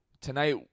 Tonight